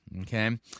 okay